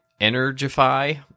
Energify